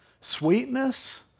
sweetness